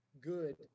good